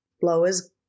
blowers